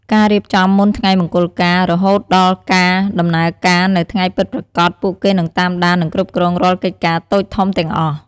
ការរៀបចំមុនថ្ងៃមង្គលការ រហូតដល់ការដំណើរការនៅថ្ងៃពិតប្រាកដ ពួកគេនឹងតាមដាន និងគ្រប់គ្រងរាល់កិច្ចការតូចធំទាំងអស់។